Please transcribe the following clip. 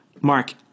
Mark